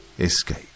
escape